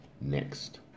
next